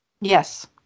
Yes